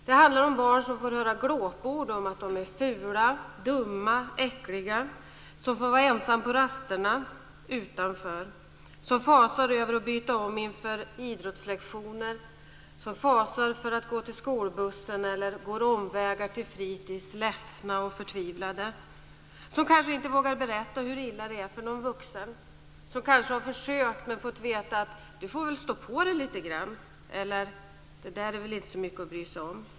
Det handlar om barn som får höra glåpord om att de är fula, dumma, äckliga, som får vara ensamma på rasterna, utanför, som fasar över att byta om inför idrottslektioner, som fasar för att gå till skolbussen eller går omvägar till fritis ledsna och förtvivlade. De kanske inte vågar berätta hur illa det är för någon vuxen. De kanske har försökt men fått veta att "du får stå på dig lite grann" eller att "det där är väl inte så mycket att bry sig om".